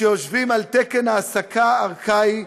שיושבים על תקן העסקה ארכאי,